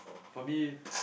for me